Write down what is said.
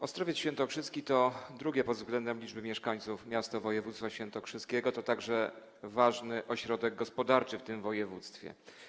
Ostrowiec Świętokrzyski to drugie pod względem liczby mieszkańców miasto województwa świętokrzyskiego, to także ważny ośrodek gospodarczy w tym województwie.